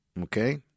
Okay